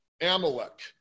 Amalek